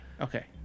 Okay